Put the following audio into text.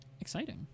Exciting